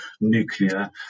nuclear